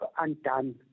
undone